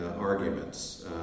arguments